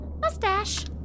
Mustache